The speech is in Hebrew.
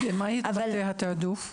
אבל --- במה יתבטא התיעדוף?